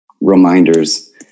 reminders